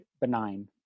benign